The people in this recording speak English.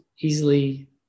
easily